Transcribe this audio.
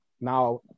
Now